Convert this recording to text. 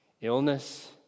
Illness